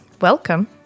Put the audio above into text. welcome